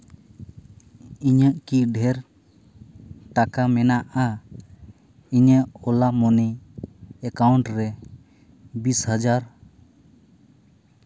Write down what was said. ᱤᱧᱟᱹᱜ ᱠᱤ ᱰᱷᱮᱨ ᱴᱟᱠᱟ ᱢᱮᱱᱟᱜᱼᱟ ᱤᱧᱟᱹᱜ ᱚᱞᱟ ᱢᱟᱹᱱᱤ ᱮᱠᱟᱣᱩᱱᱴ ᱨᱮ ᱵᱤᱥ ᱦᱟᱡᱟᱨ